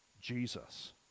Jesus